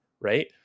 right